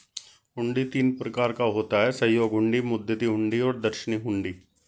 हुंडी तीन प्रकार का होता है सहयोग हुंडी, मुद्दती हुंडी और दर्शनी हुंडी